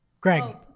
Greg